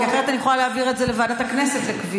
כי אחרת אני יכולה להעביר את זה לוועדת הכנסת לקביעה.